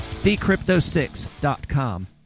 TheCrypto6.com